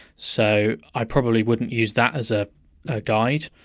so i probably wouldn't use that as a guide.